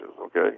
okay